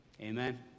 Amen